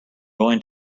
going